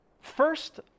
first